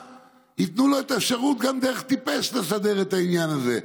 ייתנו לי את האפשרות גם דרך טיפש לסדר את העניין הזה?